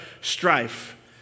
strife